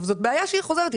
זאת בעיה שהיא חוזרת.